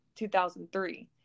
2003